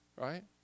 right